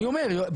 אני אומר,